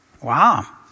Wow